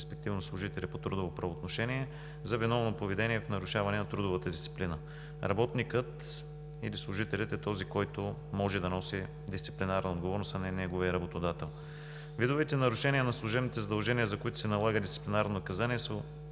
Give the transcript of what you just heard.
респективно служителя по трудово правоотношение, за виновно поведение в нарушаване на трудовата дисциплина. Работникът или служителят е този, който може да носи дисциплинарна отговорност, а не неговият работодател. Видовете нарушения на служебните задължения, за които се налага дисциплинарно наказание,